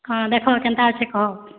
ହଁ ଦେଖ କେନ୍ତା ଅଛେ କହ